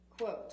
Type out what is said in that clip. quote